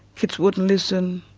kids wouldn't listen,